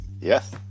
Yes